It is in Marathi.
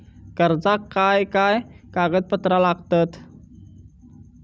कर्जाक काय काय कागदपत्रा लागतत?